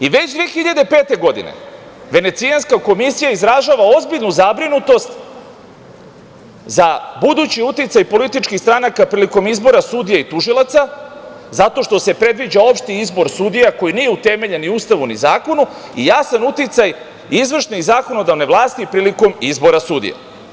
I već 2005. godine Venecijanska komisija izražava ozbiljnu zabrinutost za budući uticaj političkih stranaka prilikom izbora sudija i tužilaca, zato što se predviđa opšti izbor sudija koji nije utemeljen ni u Ustavu, ni u zakonu i jasan uticaj izvršne i zakonodavne vlasti prilikom izbora sudija.